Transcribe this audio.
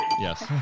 yes